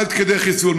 עד כדי חיסול.